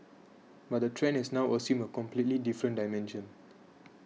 but the trend has now assumed a completely different dimension